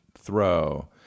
throw